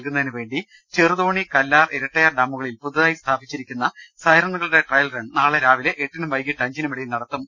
നൽകുന്നതിനുവേണ്ടി ചെറുതോണി കല്ലാർ ഇരട്ടയാർ ഡാമുകളിൽ പുതുതായി സ്ഥാപിച്ചിരിക്കുന്ന സൈറണുകളുടെ ട്രയൽറൺ നാളെ രാവിലെ എട്ടിനും വൈകിട്ട് അഞ്ചിനും ഇടയിൽ നടത്തും